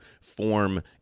form